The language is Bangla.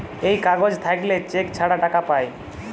এই কাগজ থাকল্যে চেক ছাড়া টাকা পায়